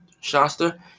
Shasta